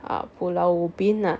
uh pulau ubin lah